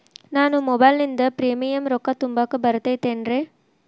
ನಾನು ಮೊಬೈಲಿನಿಂದ್ ಪ್ರೇಮಿಯಂ ರೊಕ್ಕಾ ತುಂಬಾಕ್ ಬರತೈತೇನ್ರೇ?